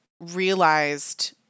realized